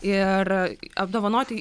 ir apdovanoti